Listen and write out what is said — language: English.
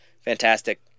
fantastic